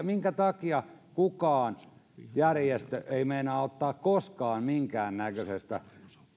minkä takia mikään järjestö ei meinaa ottaa koskaan minkäännäköisistä